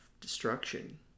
destruction